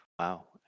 Wow